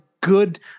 good